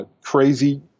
crazy